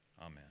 amen